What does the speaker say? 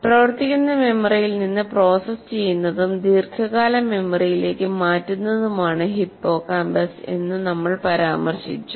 പ്രവർത്തിക്കുന്ന മെമ്മറിയിൽ നിന്ന് പ്രോസസ്സ് ചെയ്യുന്നതും ദീർഘകാല മെമ്മറിയിലേക്ക് മാറ്റുന്നതുമാണ് ഹിപ്പോകാമ്പസ് എന്ന് നമ്മൾ പരാമർശിച്ചു